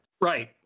Right